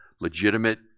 legitimate